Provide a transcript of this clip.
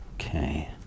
Okay